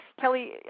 Kelly